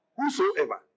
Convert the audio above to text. Whosoever